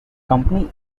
company